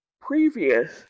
previous